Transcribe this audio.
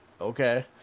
okay